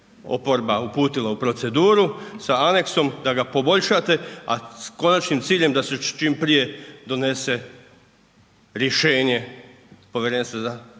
oporba uputila u proceduru sa aneksom da ga poboljšate s konačnim ciljem da se čim prije donese rješenje Povjerenstva za